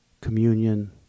communion